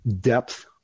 depth